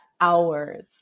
hours